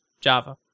Java